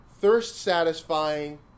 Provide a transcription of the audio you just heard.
thirst-satisfying